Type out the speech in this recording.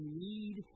need